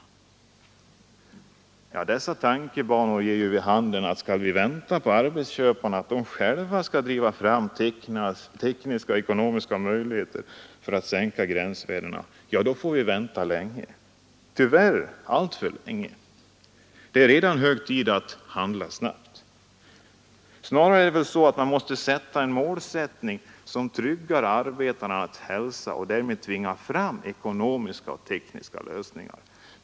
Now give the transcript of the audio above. Dessa tankebanor ger ju vid handen att skall vi vänta på att arbetsköparna själva skall driva fram tekniska och ekonomiska möjligheter till att sänka gränsvärdena, ja, då får vi vänta länge — tyvärr alltför länge, för det är redan hög tid att handla snabbt. Snarare är det väl så, att man måste sätta ett mål som tryggar arbetarnas hälsa och därmed tvingar fram ekonomiska och tekniska lösningar.